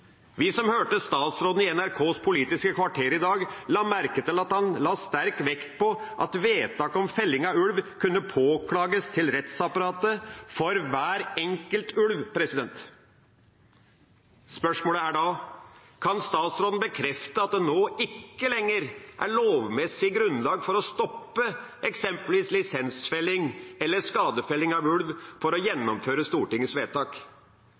Vi som hørte statsråden i Politisk kvarter på NRK i dag, la merke til at han la sterk vekt på at vedtaket om felling av ulv kunne påklages til rettsapparatet for hver enkelt ulv. Spørsmålet er da: Kan statsråden bekrefte at det nå ikke lenger er lovmessig grunnlag for å stoppe eksempelvis lisensfelling eller skadefelling av ulv for å gjennomføre Stortingets vedtak